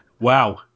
Wow